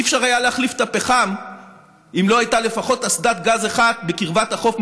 לא היה אפשר להחליף את הפחם אם לא הייתה לפחות אסדת גז אחת בקרבת החוף,